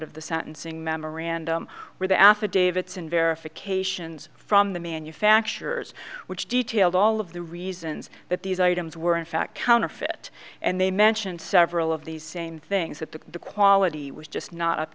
of the sentencing memorandum where the affidavits in verifications from the manufacturers which detailed all of the reasons that these items were in fact counterfeit and they mentioned several of these same things that the quality was just not up